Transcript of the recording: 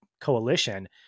coalition